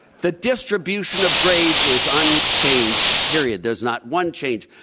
the distribution of grades is unchanged, period. there's not one change.